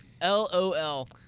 L-O-L